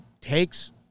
takes